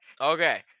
Okay